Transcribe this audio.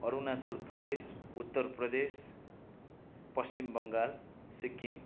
Arunachal Pradesh Uttar Pradesh Paschim Bangal Sikkim